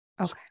Okay